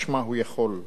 משמע, הוא יכול.